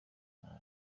nabi